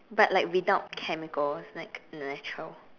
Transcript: but like without chemicals like natural